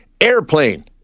Airplane